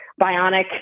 bionic